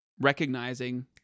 Recognizing